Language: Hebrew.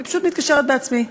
אני פשוט מתקשרת בעצמי,